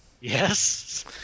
Yes